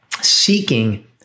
seeking